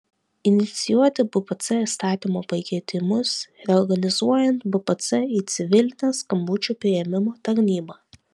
inicijuoti bpc įstatymo pakeitimus reorganizuojant bpc į civilinę skambučių priėmimo tarnybą